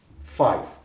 Five